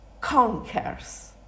conquers